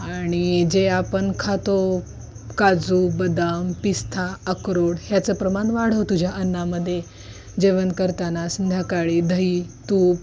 आणि जे आपण खातो काजू बदाम पिस्ता अक्रोड ह्याचं प्रमाण वाढव तुझ्या अन्नामध्ये जेवण करताना संध्याकाळी दही तूप